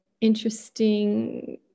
interesting